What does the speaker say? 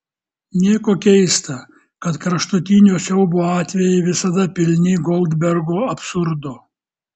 nieko keista kad kraštutinio siaubo atvejai visada pilni goldbergo absurdo